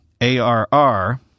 ARR